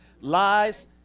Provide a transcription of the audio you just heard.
lies